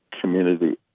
community